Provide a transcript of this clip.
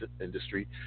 industry